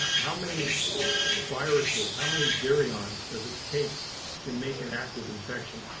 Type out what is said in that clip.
how many viruses, how many virions does it take to make an active infection?